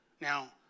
Now